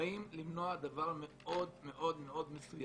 באים למנוע דבר מאוד מסוים.